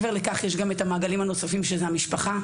מעבר לכך, יש גם את המעגלים הנוספים כמו המשפחה.